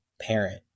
parent